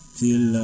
till